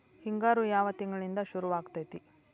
ಹಿಂಗಾರು ಯಾವ ತಿಂಗಳಿನಿಂದ ಶುರುವಾಗತೈತಿ?